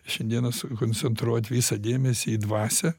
šiandien sukoncentruot visą dėmesį į dvasią